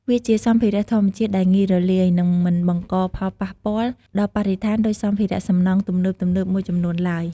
វាជាសម្ភារៈធម្មជាតិដែលងាយរលាយ និងមិនបង្កផលប៉ះពាល់ដល់បរិស្ថានដូចសម្ភារៈសំណង់ទំនើបៗមួយចំនួនឡើយ។